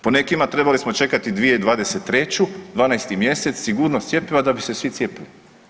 Po nekima trebali smo čekati 2023. 12. mjesec, sigurnost cjepiva da bi se svi cijepili.